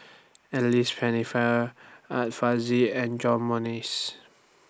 Alice Pennefather Art Fazil and John Morrice